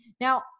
Now